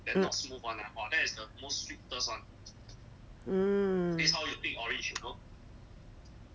mm mm